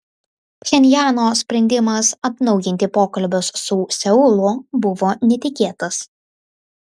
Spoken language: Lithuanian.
pchenjano sprendimas atnaujinti pokalbius su seulu buvo netikėtas